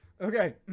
Okay